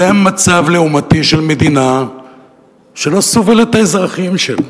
זה מצב לעומתי של מדינה שלא סובלת את האזרחים שלה,